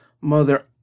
mother